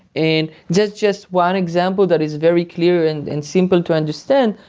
and just just one example that is very clear and and simple to understand.